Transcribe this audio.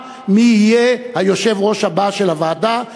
מי יהיה היושב-ראש הבא של הוועדה,